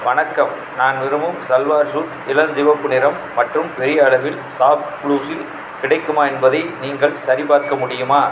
வணக்கம் நான் விரும்பும் சல்வார் சூட் இளஞ்சிவப்பு நிறம் மற்றும் பெரிய அளவில் ஷாப்குளூஸில் கிடைக்குமா என்பதை நீங்கள் சரிபார்க்க முடியுமா